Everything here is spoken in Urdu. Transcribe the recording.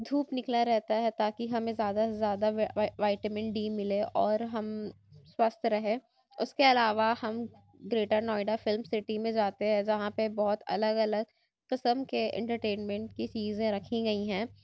دھوپ نکلا رہتا ہے تاکہ ہمیں زیادہ سے زیادہ وائٹمن ڈی ملے اور ہم سوستھ رہے اس کے علاوہ ہم گریٹر نوئیڈا فلم سٹی میں جاتے ہیں جہاں پہ بہت الگ الگ قسم کے انٹرٹینمنٹ کی چیزیں رکھی گئی ہیں